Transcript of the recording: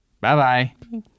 Bye-bye